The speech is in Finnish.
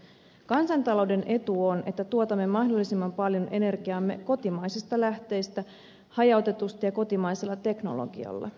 kansantalouden etu on että tuotamme mahdollisimman paljon energiaamme kotimaisista lähteistä hajautetusti ja kotimaisella teknologialla